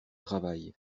travail